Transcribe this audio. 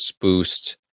boost